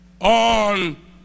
on